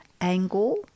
angle